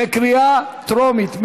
בקריאה טרומית.